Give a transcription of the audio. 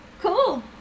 cool